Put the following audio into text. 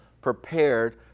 prepared